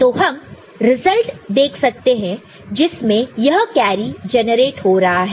तो हम रिजल्ट देख सकते हैं जिसमें यह कैरी जनरेट हो रहा है